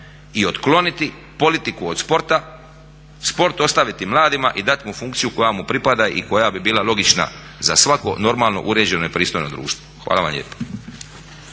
i otkloniti politiku od sporta, sport ostaviti mladima i dat mu funkciju koja mu pripada i koja bi bila logična za svako normalno uređeno i pristojno društvo. Hvala vam lijepa.